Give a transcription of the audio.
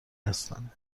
هستند